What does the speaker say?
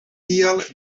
tial